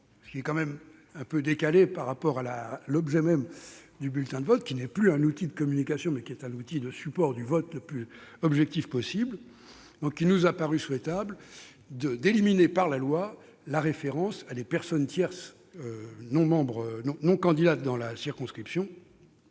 ce qui est tout de même un peu décalé par rapport à l'objet même du bulletin de vote, lequel est, non plus un outil de communication, mais un support du vote le plus objectif possible -, il nous a paru souhaitable d'éliminer, par la loi, la référence à des personnes tierces, non candidates dans la circonscription,